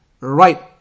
right